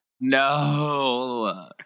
No